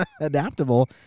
adaptable